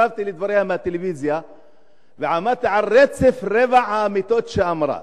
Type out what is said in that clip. הקשבתי לדבריה בטלוויזיה ועמדתי על רצף רבעי האמיתות שאמרה.